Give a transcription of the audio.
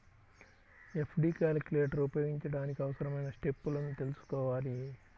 FD calculator ఉపయోగించడానికి అవసరమైన స్టెప్పులను తెల్సుకోవాలి